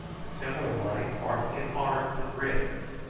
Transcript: similar lines marking his arms and wrists,